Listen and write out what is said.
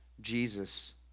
Jesus